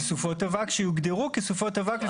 של סופות אבק שיוגדרו כסופות אבק.